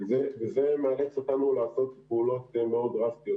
זה מאלץ אותנו לעשות פעולות דרסטיות.